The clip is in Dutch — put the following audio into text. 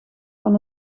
van